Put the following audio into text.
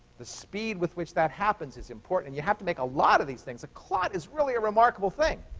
the speed with which that happens is important. you have to make a lot of these things. a clot is really a remarkable thing.